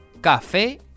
Café